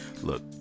look